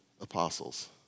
apostles